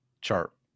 chart